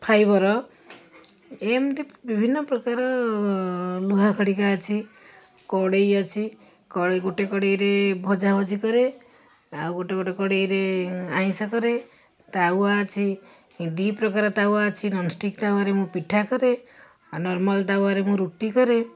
fibre ଏମତି ବିଭିନ୍ନ ପ୍ରକାର ଲୁହା ଖଡ଼ିକା ଅଛି କଡ଼େଇ ଅଛି କଡ଼େଇ ଗୋଟେ କଡ଼େଇରେ ଭଜାଭଜି କରେ ଆଉ ଗୋଟେ ଗୋଟେ କଡ଼େଇରେ ଆଇଁଷ କରେ ତାୱା ଅଛି ଏଇ ଦୁଇପ୍ରକାର ତାୱା ଅଛି ନନଷ୍ଟିକ୍ ତାୱାରେ ମୁଁ ପିଠା କରେ ନରମାଲ୍ ତାୱାରେ ମୁଁ ରୁଟି କରେ